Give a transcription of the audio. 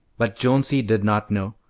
but jonesy did not know,